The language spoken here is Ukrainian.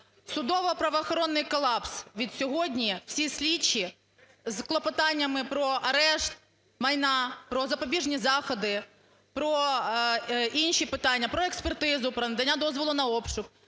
Судово-правоохоронний колапс. Відсьогодні всі слідчі з клопотаннями про арешт майна, про запобіжні заходи, про інші питання, про експертизу, про надання дозволу на обшук,